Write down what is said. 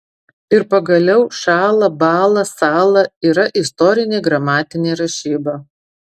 ir pagaliau šąla bąla sąla yra istorinė gramatinė rašyba